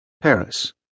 Paris